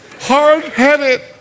Hard-headed